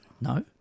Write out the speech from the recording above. No